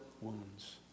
wounds